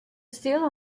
steal